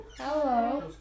Hello